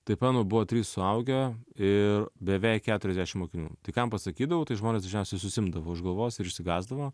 tai pamenu buvo trys suaugę ir beveik keturiasdešim mokinių tai kam pasakydavau tai žmonės dažniausiai susiimdavo už galvos ir išsigąsdavo